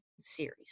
series